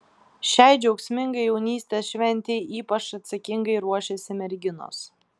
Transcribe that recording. šiai džiaugsmingai jaunystės šventei ypač atsakingai ruošiasi merginos